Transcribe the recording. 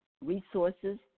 resources